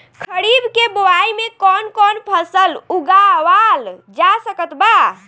खरीब के बोआई मे कौन कौन फसल उगावाल जा सकत बा?